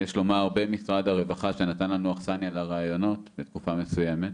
יש לומר במשרד הרווחה שנתן לנו אכסניה לריאיונות בתקופה מסוימת,